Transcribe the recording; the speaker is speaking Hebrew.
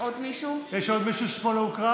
יש עוד מישהו ששמו לא הוקרא